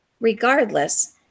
Regardless